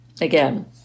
again